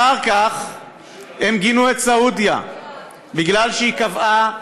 אחר כך הם גינו את סעודיה בגלל שהיא קבעה ש"חמאס"